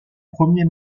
premier